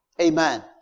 Amen